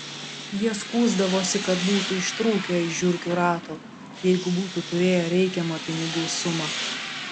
jie skųsdavosi kad būtų ištrūkę iš žiurkių rato jeigu būtų turėję reikiamą pinigų sumą